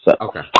okay